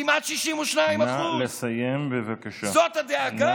כמעט 62%. זאת הדאגה?